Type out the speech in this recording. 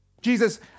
Jesus